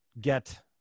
get